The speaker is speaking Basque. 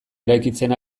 eraikitzen